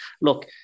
Look